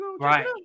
Right